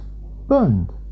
burned